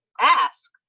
ask